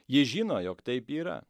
jis žino jog taip yra